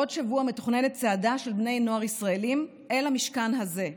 בעוד שבוע מתוכננת צעדה של בני נוער ישראלים אל המשכן הזה.